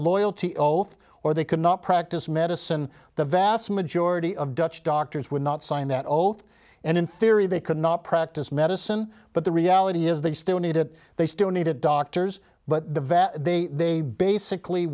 loyalty oath or they cannot practice medicine the vast majority of dutch doctors would not sign that oath and in theory they cannot practice medicine but the reality is they still need it they still need it doctors but the vet they basically